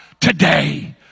today